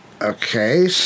Okay